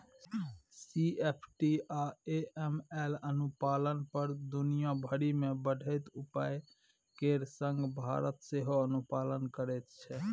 CFT आ AML अनुपालन पर दुनिया भरि मे बढ़ैत उपाय केर संग भारत सेहो अनुपालन करैत छै